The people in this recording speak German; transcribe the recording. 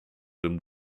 dem